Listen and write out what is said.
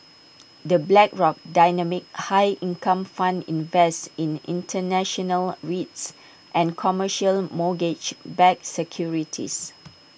the Blackrock dynamic high income fund invests in International REITs and commercial mortgage backed securities